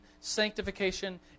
sanctification